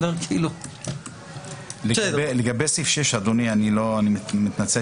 אני מתנצל